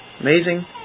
Amazing